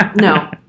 No